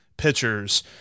pitchers